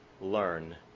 learn